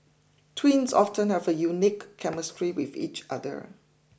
twins often have a unique chemistry with each other